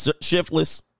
Shiftless